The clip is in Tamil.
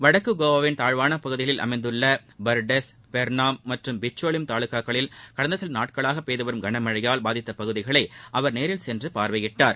வடக்கு கோவாவின் தாழ்வான பகுதிகளில் அமைந்துள்ள பர்டெஸ் பெர்ளாம் மற்றும் பிச்சோலிம் தாலுக்காக்களில் கடந்த சில நாட்களாக பெய்து வரும் கனமழையால் பாதித்த பகுதிகளை அவர் நேரில் சென்று பார்வையிட்டார்